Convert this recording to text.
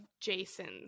Jasons